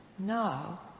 Now